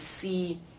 see